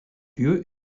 lieu